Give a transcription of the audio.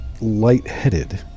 lightheaded